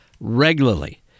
regularly